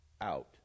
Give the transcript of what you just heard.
out